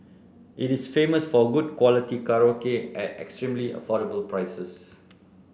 it is famous for a good quality karaoke at extremely affordable prices